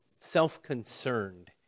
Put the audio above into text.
self-concerned